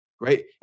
Right